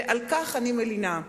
ועל כך אני מלינה.